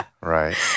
Right